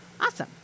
Awesome